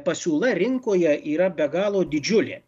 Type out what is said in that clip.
pasiūla rinkoje yra be galo didžiulė